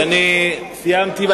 אז אני סיימתי,